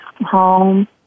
home